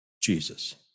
Jesus